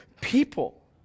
people